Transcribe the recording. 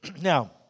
Now